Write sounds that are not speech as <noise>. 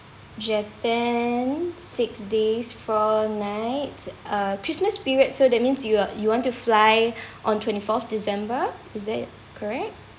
japan six days four nights uh christmas period so that means you uh you want to fly <breath> on twenty fourth december is that correct